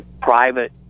private